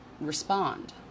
respond